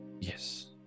Yes